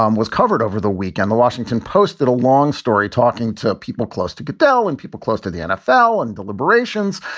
um was covered over the weekend. the washington post, that a long story talking to people close to goodell and people close to the nfl on deliberations.